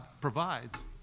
provides